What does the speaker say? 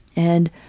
and